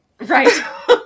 Right